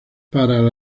pero